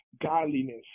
godliness